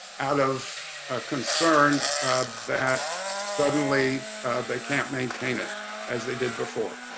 out of concern that suddenly they can't maintain it as they did before.